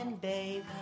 babe